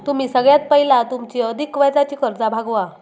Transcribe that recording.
तुम्ही सगळ्यात पयला तुमची अधिक व्याजाची कर्जा भागवा